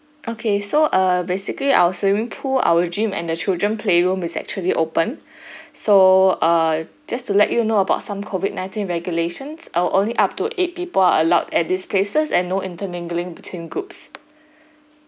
okay so uh basically our swimming pool our gym and the children's playroom is actually open so uh just to let you know about some COVID nineteen regulations it'll only up to eight people are allowed at these places and no intermingling between groups